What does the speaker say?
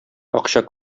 акча